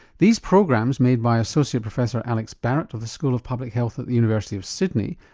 these programs, made by associate professor alex barratt of the school of public health at the university of sydney,